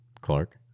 Clark